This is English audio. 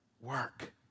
Work